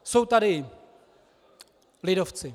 Jsou tady lidovci.